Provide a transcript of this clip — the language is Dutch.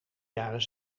jaren